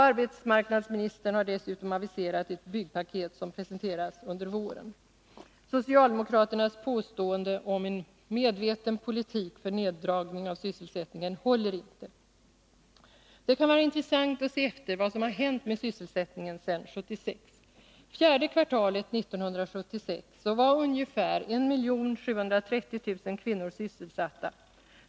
Arbetsmarknadsministern har dessutom aviserat ett ”byggpaket”, som presenteras under våren. Socialdemokraternas påståenden om en medveten politik för neddragning av sysselsättningen håller inte. Det kan vara intressant att se efter vad som hänt med sysselsättningen sedan 1976. Fjärde kvartalet 1976 var ungefär 1 730 000 kvinnor sysselsatta.